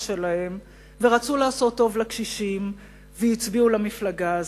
שלהם ורצו לעשות טוב לקשישים והצביעו למפלגה הזאת.